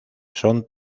son